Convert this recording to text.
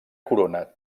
corona